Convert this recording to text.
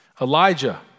Elijah